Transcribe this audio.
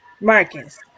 Marcus